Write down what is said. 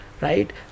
right